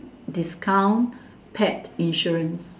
discount pet insurance